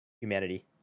humanity